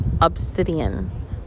Obsidian